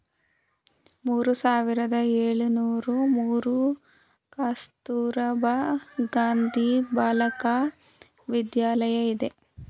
ಮೂರು ಸಾವಿರದ ಏಳುನೂರು ಮೂರು ಕಸ್ತೂರಬಾ ಗಾಂಧಿ ಬಾಲಿಕ ವಿದ್ಯಾಲಯ ಇದೆ